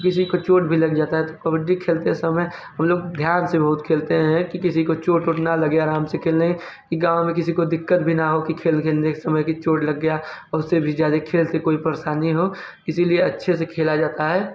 किसी को चोट भी लग जाता है तो कबड्डी खेलते समय हमलोग ध्यान से बहुत खेलते हैं कि किसी को चोट वोट ना लगे आराम से खेलें कि गाँव मे किसी को दिक्कत भी ना हो कि खेल खेलने के समय कि चोट लग गया उससे भी ज़्यादा खेल से कोई परशानी हो इसीलिए अच्छे से खेला जाता है